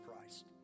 Christ